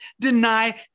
deny